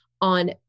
on